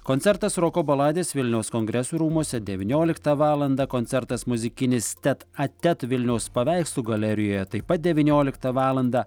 koncertas roko baladės vilniaus kongresų rūmuose devynioliktą valandą koncertas muzikinis tet a tet vilniaus paveikslų galerijoje taip pat devynioliktą valandą